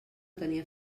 tenia